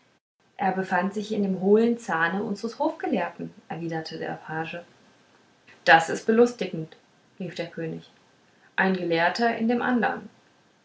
er befand sich in dem hohlen zahne unsres hofgelehrten erwiderte der page das ist belustigend rief der könig ein gelehrter in dem andern